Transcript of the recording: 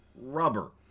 rubber